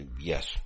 yes